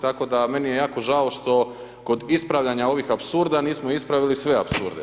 Tako da meni je jako žao što kod ispravljanja ovih apsurda nismo ispravili sve apsurde.